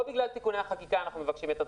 לא בגלל תיקוני החקיקה אנחנו מבקשים את הדחייה.